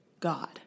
God